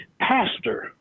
pastor